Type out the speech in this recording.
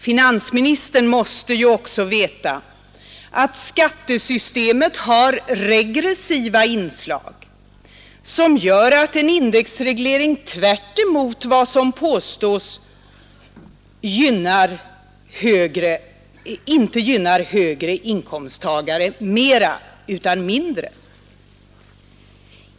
Finansministern måste ju också veta att skattesystemet har regressiva inslag som gör att en indexreglering tvärtemot vad som påstås inte gynnar högre inkomsttagare mera utan mindre.